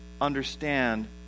understand